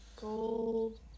gold